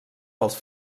pels